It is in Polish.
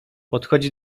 podchodzi